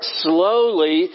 slowly